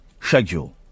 schedule